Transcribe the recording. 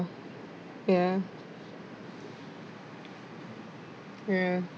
ya ya